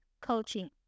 coaching